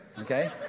okay